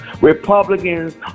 Republicans